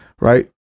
Right